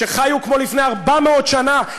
שחיו כמו לפני 400 שנה,